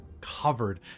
covered